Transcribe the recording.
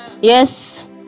Yes